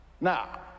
Now